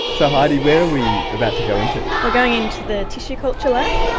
so heidi, where are we about to go into? we're going into the tissue culture lab.